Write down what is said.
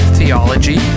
theology